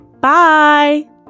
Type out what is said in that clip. Bye